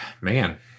man